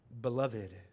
beloved